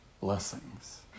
blessings